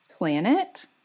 planet